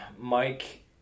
Mike